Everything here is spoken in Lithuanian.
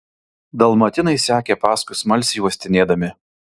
dalmatinai sekė paskui smalsiai uostinėdami